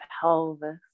pelvis